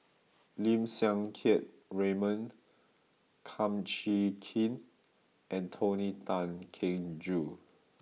Lim Siang Keat Raymond Kum Chee Kin and Tony Tan Keng Joo